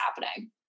happening